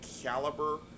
caliber